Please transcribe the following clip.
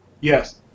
Yes